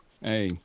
Hey